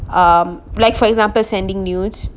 um like for example sending nudes